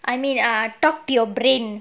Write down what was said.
I mean err talk to your brain